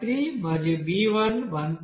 3 మరియు b1 1